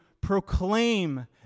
proclaim